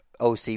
OC